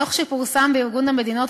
הדוח שפורסם בארגון המדינות,